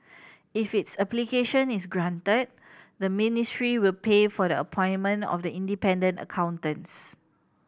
if its application is granted the ministry will pay for the appointment of the independent accountants